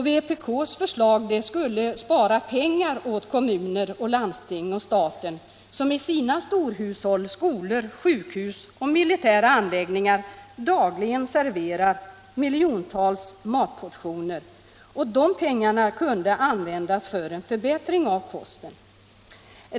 Vpk:s förslag skulle spara pengar åt kommuner, landsting och staten, som i sina storhushåll — skolor, sjukhus och militära anläggningar — dagligen serverar miljontals matportioner. De pengarna kunde användas för en förbättring av kosten.